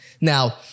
Now